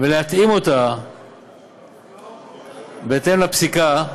כדי להתאים אותה לפסיקה,